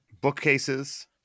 bookcases